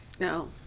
No